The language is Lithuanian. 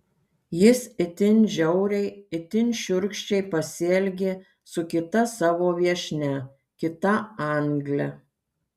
jis itin žiauriai itin šiurkščiai pasielgė su kita savo viešnia kita angle